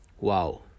Wow